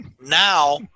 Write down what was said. Now